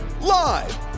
Live